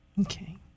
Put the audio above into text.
Okay